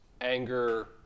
anger